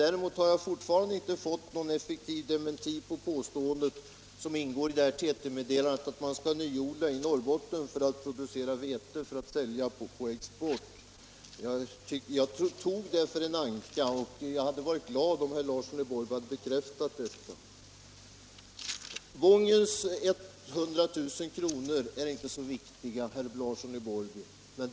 Jag har fortfarande inte fått någon effektiv dementi av påståendet som ingick i det meddelandet, att man skulle nyodla i Norrbotten för att producera vete till försäljning på export. Jag betraktade meddelandet som en anka, och jag hade blivit glad om herr Larsson hade bekräftat det. De 100 000 kronorna till Wången är inte så viktiga, herr Larsson i Borrby.